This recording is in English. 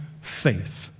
faith